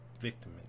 victim